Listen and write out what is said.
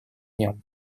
нем